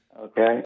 okay